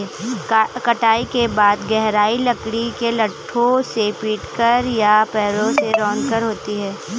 कटाई के बाद गहराई लकड़ी के लट्ठों से पीटकर या पैरों से रौंदकर होती है